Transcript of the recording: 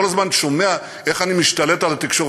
אני כל הזמן שומע איך אני משתלט על התקשורת.